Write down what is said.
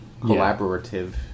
Collaborative